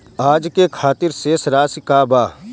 आज के खातिर शेष राशि का बा?